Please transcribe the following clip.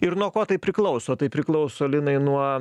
ir nuo ko tai priklauso tai priklauso linai nuo